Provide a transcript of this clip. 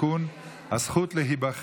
(תיקון מס' 54) (הזכות להיבחר),